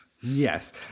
Yes